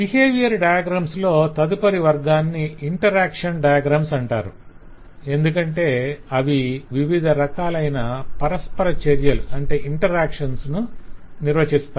behaviour diagrams లో తదుపరి వర్గాన్ని ఇంటెరాక్షన్ డయాగ్రమ్స్ అంటారు ఎందుకంటే అవి వివిధ రకాలైన పరస్పర చర్యలను నిర్వచిస్తాయి